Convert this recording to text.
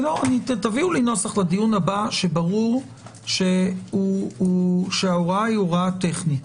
תביאו לי נוסח לדיון הבא שברור שההוראה היא טכנית.